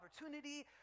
opportunity